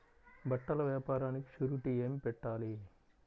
బట్టల వ్యాపారానికి షూరిటీ ఏమి పెట్టాలి?